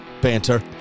banter